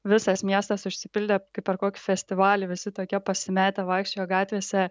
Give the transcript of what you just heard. visas miestas užsipildė kaip per kokį festivalį visi tokie pasimetę vaikščiojo gatvėse